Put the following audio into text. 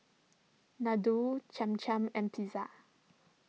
Ladoo Cham Cham and Pizza